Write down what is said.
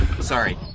Sorry